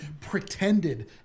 pretended